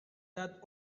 that